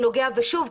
שוב,